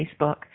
Facebook